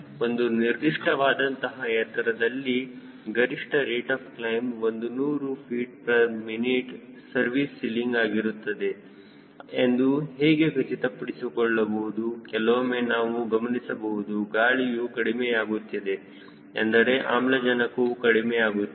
ಒಂದು ನಿರ್ದಿಷ್ಟವಾದಂತಹ ಎತ್ತರದಲ್ಲಿ ಗರಿಷ್ಠ rate of climb 100 ftmin service ceiling ಆಗಿರುತ್ತದೆ ಎಂದು ಹೇಗೆ ಖಚಿತಪಡಿಸಿಕೊಳ್ಳಬಹುದು ಕೆಲವೊಮ್ಮೆ ನಾವು ಗಮನಿಸಬಹುದು ಗಾಳಿಯು ಕಡಿಮೆಯಾಗುತ್ತಿದೆ ಎಂದರೆ ಆಮ್ಲಜನಕವು ಕಡಿಮೆಯಾಗುತ್ತದೆ